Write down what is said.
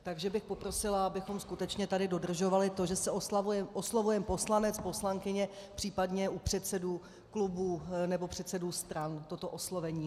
Takže bych poprosila, abychom skutečně tady dodržovali to, že se oslovujeme poslanec, poslankyně, případně u předsedů klubů nebo předsedů stran toto oslovení.